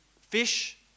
fish